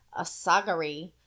Asagari